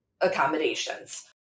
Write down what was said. accommodations